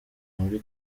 muri